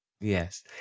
Yes